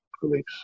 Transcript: Police